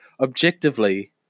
Objectively